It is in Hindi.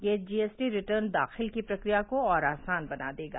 यह जी एस टी रिटर्न दाखिल की प्रक्रिया को और आसान बना देगा